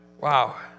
Wow